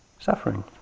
suffering